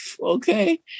okay